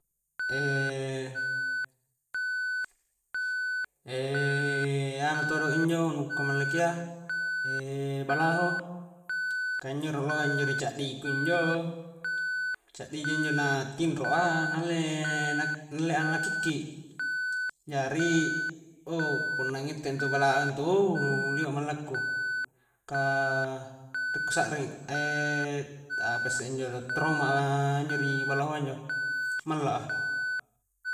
anu todo injo nu ku ka mallakia balaho ka injo rioloa injo ri caddiku injo-caddi ji ja injo na tinro a na alle-na alle a na kikki jari o punna ngitte a intu balaho o nu liba malla ku ka rie ku sakring apasse injo do rauma a injo di balahoa injo malla a.